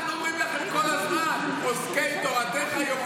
תורה -- אנחנו אומרים לכם כל הזמן "עוסקי תורתך" יכולים